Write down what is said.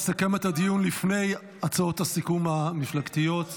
יסכם את הדיון לפני הצעות הסיכום המפלגתיות,